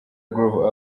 groove